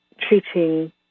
treating